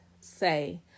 Say